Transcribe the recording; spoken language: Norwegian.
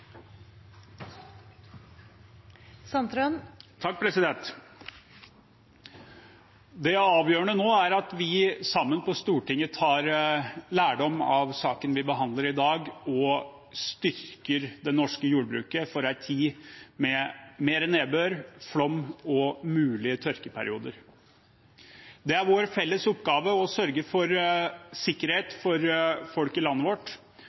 at vi sammen på Stortinget tar lærdom av saken vi behandler i dag, og styrker det norske jordbruket for en tid med mer nedbør, flom og mulige tørkeperioder. Det er vår felles oppgave å sørge for sikkerhet for folk i landet vårt,